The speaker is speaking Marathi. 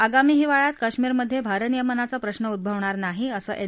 आगामी हिवाळ्यात कश्मीरमध्ये भारनियमनाचा प्रश्न उद्ववणार नाही असं एन